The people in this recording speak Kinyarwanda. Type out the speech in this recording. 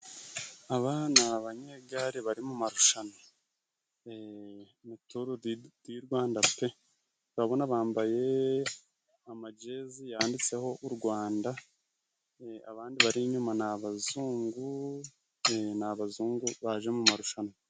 Aba ni abanyegare bari mu marushanwa ni Turudirwanda pe! urabona bambaye amajeze yanditseho u Rwanda, abandi bari inyuma ni abazungu, ni abazungu baje mu marushanwa.